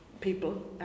people